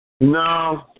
No